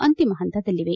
ಅಂತಿಮ ಪಂತದಲ್ಲಿವೆ